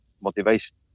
motivation